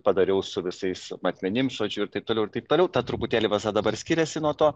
padariau su visais matmenim žodžiu ir taip toliau ir taip toliau ta truputėlį vaza dabar skiriasi nuo to